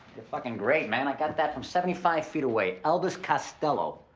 fuckin' great, man. i got that from seventy five feet away, elvis costello.